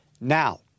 Now